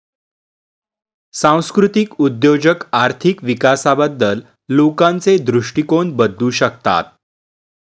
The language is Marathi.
सांस्कृतिक उद्योजक आर्थिक विकासाबद्दल लोकांचे दृष्टिकोन बदलू शकतात